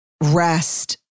rest